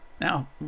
Now